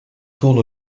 tourne